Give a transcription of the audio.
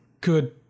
good